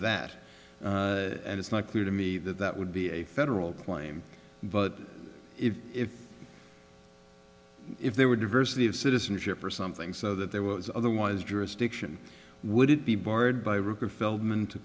that and it's not clear to me that that would be a federal claim but if if if there were diversity of citizenship or something so that there was otherwise jurisdiction would it be barred by rupert feldman to